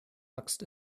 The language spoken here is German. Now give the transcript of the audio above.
axt